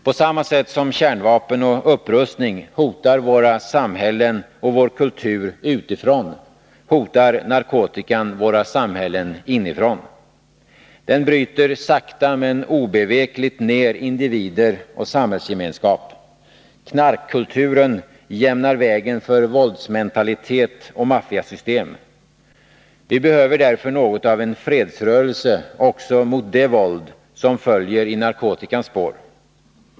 På samma sätt som kärnvapen och upprustning hotar våra samhällen och vår kultur utifrån, hotar narkotikan våra samhällen inifrån. Den bryter sakta men obevekligt ner individer och samhällsgemenskap. Knarkkulturen jämnar vägen för våldsmentalitet och maffiasystem. Vi behöver därför något av en fredsrörelse också mot det våld som följer i narkotikans spår.